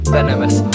Venomous